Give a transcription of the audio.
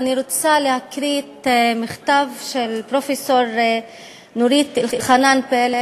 אני רוצה להקריא מכתב של פרופסור נורית פלד-אלחנן,